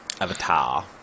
Avatar